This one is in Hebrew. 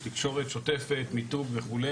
תקשורת שוטפת, מיתוג וכו'